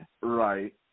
Right